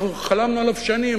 אנחנו חלמנו עליו שנים.